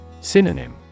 Synonym